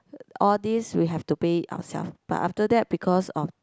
all this we have to pay ourselves but after that because of